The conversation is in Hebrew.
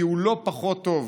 כי הוא לא פחות טוב,